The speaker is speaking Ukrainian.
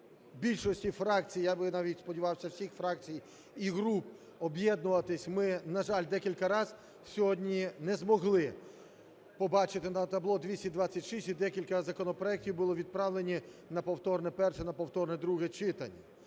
більшості фракцій, я би навіть сподівався всіх фракцій і груп, об'єднуватись, ми, на жаль, декілька раз сьогодні не змогли побачити на табло 226, і декілька законопроектів були відправлені на повторне перше і на повторне друге читання.